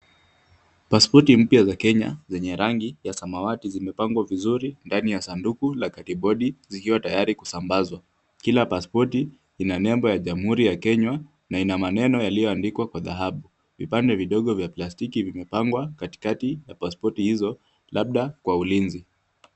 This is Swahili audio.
Pasipoti mpya za Kenya zenye rangi ya samawati zimepangwa vizuri ndani ya sanduku la kadibodi zikiwa tayari kusambazwa. Kila pasipoti ina nembo ya Jamhuri ya Kenya na ina maneno iliyoandikwa kwa dhahabu. Vipande vidogo vya plastiki vimepangwa katikati ya pasipoti hizo labda kwa ulinzi.